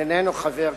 שאינו חבר כנסת.